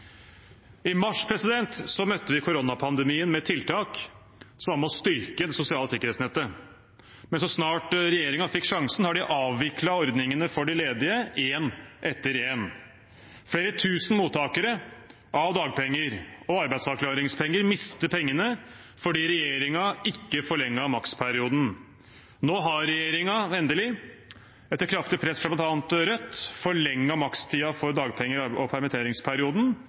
I mars møtte vi koronapandemien med tiltak som var med på styrke det sosiale sikkerhetsnettet. Men så snart regjeringen fikk sjansen, avviklet de ordningene for de ledige – én etter én. Flere tusen mottakere av dagpenger og arbeidsavklaringspenger mister pengene fordi regjeringen ikke forlenget maksperioden. Nå har regjeringen endelig, etter kraftig press fra bl.a. Rødt, forlenget makstiden for dagpenger og permitteringsperioden.